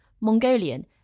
Mongolian